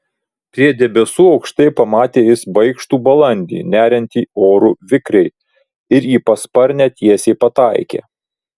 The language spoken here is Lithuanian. prie debesų aukštai pamatė jis baikštų balandį neriantį oru vikriai ir į pasparnę tiesiai pataikė